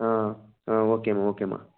okay అమ్మ okay అమ్మ